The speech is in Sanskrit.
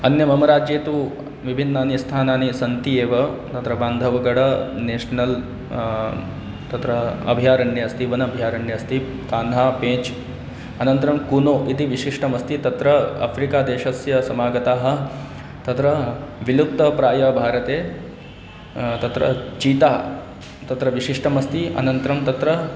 अन्य मम राज्ये तु विभिन्नानि स्थानानि सन्ति एव तत्र बान्धवगड नेशनल् तत्र अभयारण्यम् अस्ति वनम् अभयारण्यम् अस्ति कान्हा पेंच अनन्तरं कुनो इति विशिष्टम् अस्ति तत्र आफ़्रिका देशस्य समागताः तत्र विलुप्त प्रायः भारते तत्र चीता तत्र विशिष्टम् अस्ति अनन्तरं तत्र